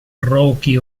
rookie